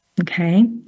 Okay